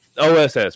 OSS